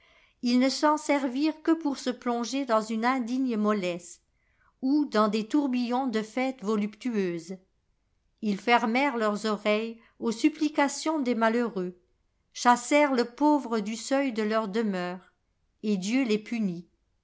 ils ne sen servirent que pour se plonger dans une indigne mollesse ou dans des tourbillons de fêtes voluptueuses ils fermèrent leurs oreilles aux supplications des malheureux chassèrent le pauvre du seuil de leurs demeures et dieu les punit